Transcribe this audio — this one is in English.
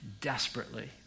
desperately